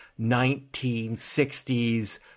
1960s